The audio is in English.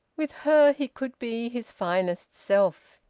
with her he could be his finest self.